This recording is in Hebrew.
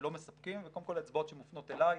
לא מספקים וקודם כל האצבעות שמופנות אליי,